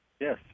Yes